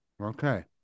Okay